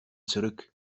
zurück